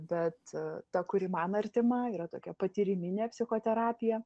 bet ta kuri man artima yra tokia patyriminė psichoterapija